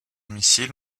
missiles